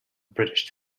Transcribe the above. british